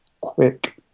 quick